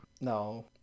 No